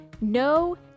no